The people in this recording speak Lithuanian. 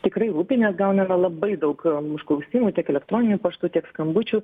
tikrai rūpi nes gauname labai daug užklausimų tiek elektroniniu paštu tiek skambučių